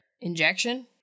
injection